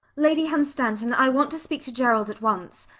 lady hunstanton, i want to speak to gerald at once.